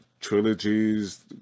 trilogies